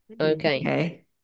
Okay